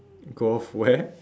go off where